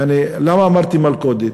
למה אמרתי "מלכודת"?